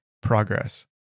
progress